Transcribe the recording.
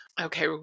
okay